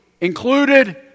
included